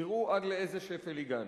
תראו עד לאיזה שפל הגענו.